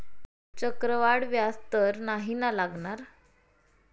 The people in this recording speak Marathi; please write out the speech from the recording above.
चक्रवाढ व्याज तर नाही ना लागणार?